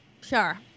Sure